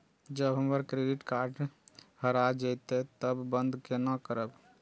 जब हमर credit card हरा जयते तब बंद केना करब?